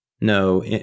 no